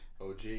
og